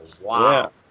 wow